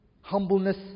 humbleness